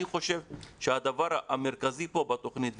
אני חושב שהדבר המרכזי פה בתוכנית,